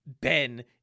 Ben